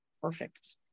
perfect